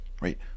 right